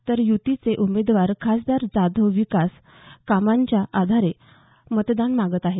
तर यूतीचे उमेदवार खासदार जाधव विकास कामांच्या आधारे मतदान मागत आहेत